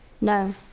No